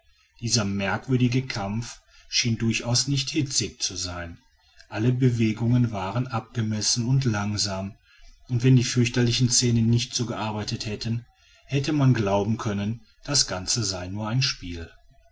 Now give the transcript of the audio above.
dieser merkwürdige kampf schien durchaus nicht hitzig zu sein alle bewegungen waren abgemessen und langsam und wenn die fürchterlichen zähne nicht so gearbeitet hätten hätte man glauben können das ganze sei nur ein spiel